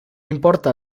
importa